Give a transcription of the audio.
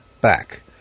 back